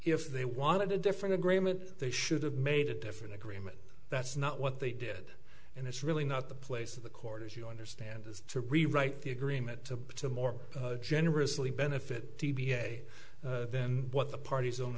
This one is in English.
if they wanted a different agreement they should have made a different agreement that's not what they did and it's really not the place of the court as you understand is to rewrite the agreement to to more generously benefit d b a then what the parties o